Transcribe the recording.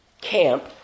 camp